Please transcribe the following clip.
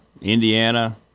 Indiana